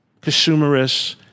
consumerist